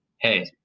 hey